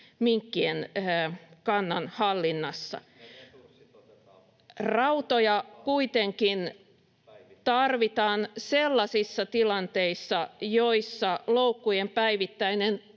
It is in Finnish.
ne resurssit otetaan?] Rautoja kuitenkin tarvitaan sellaisissa tilanteissa, joissa loukkujen päivittäinen